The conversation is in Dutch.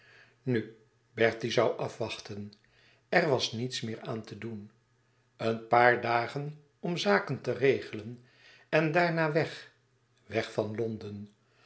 nu bertie zoû afwachten er was niets meer aan te doen een paar dagen om zaken te regelen en daarna weg weg van londen